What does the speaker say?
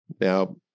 Now